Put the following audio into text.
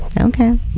Okay